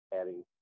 adding